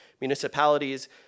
municipalities